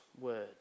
word